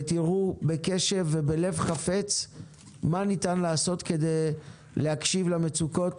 תאזינו בקשב ובלב חפץ מה ניתן לעשות כדי להקשיב למצוקות